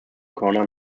corner